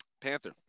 Panther